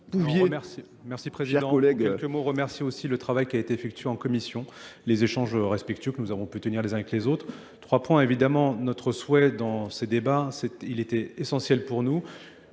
Merci président, pour quelques mots, remercie aussi le travail qui a été effectué en commission, les échanges respectueux que nous avons pu tenir les uns avec les autres. Trois points, évidemment, notre souhait dans ces débats, il était essentiel pour nous